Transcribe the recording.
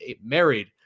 married